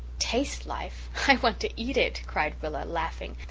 taste life! i want to eat it, cried rilla, laughing.